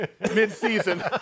mid-season